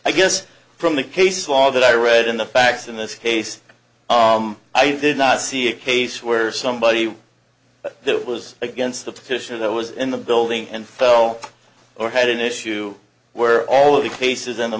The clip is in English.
i guess from the case law that i read in the facts in this case i did not see a case where somebody that was against the petition that was in the building and fell or had an issue where all of the cases in the